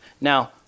Now